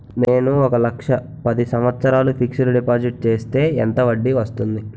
నేను ఒక లక్ష పది సంవత్సారాలు ఫిక్సడ్ డిపాజిట్ చేస్తే ఎంత వడ్డీ వస్తుంది?